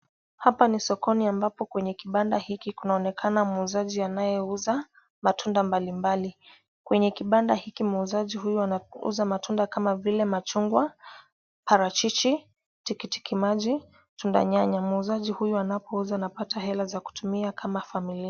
Hapa ni sokoni ambapo kwenye kibanda hiki kunaonekana muuzaji anayeuza matunda mbalimbali. Kwenye kibanda hiki muuzaji huyu anauza matunda kama vile machungwa, parachichi, tikiti maji, tunda nyanya. Muuzaji huyu anapouza anapata hela za kutumia kwa familia.